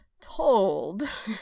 told